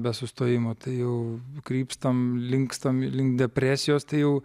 be sustojimo tai jau krypstam linkstam link depresijos tai jau